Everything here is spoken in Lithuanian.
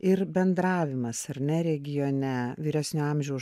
ir bendravimas ar ne regione vyresnio amžiaus